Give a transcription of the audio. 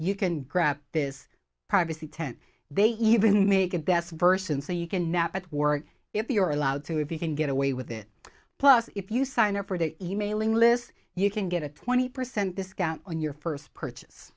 you can grab this privacy tent they even make it best verse and so you can nap at work if you're allowed to if you can get away with it plus if you sign up for the e mailing list you can get a twenty percent discount on your first purchase